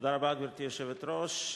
גברתי היושבת-ראש,